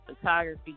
photography